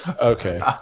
Okay